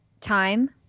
time